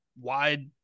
wide